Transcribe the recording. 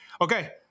Okay